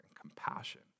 compassion